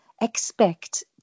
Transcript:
expect